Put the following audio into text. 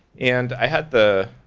and i had the,